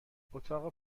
اتاق